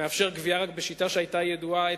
מאפשר גבייה רק בשיטה שהיתה ידועה עת